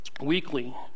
weekly